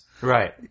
Right